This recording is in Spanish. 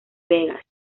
vegas